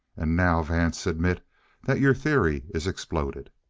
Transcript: and now, vance, admit that your theory is exploded.